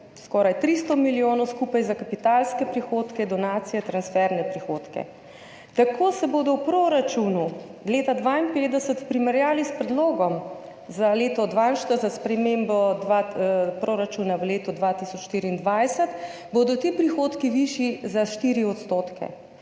skoraj 300 milijonov za kapitalske prihodke, donacije, transferne prihodke. Tako bodo v proračunu leta 2025 v primerjavi s predlogom za spremembo proračuna v letu 2024 ti prihodki višji za 4 %.